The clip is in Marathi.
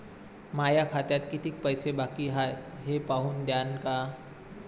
माया खात्यात कितीक पैसे बाकी हाय हे पाहून द्यान का?